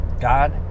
God